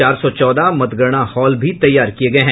चार सौ चौदह मतगणना हॉल भी तैयार किए गए हैं